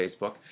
Facebook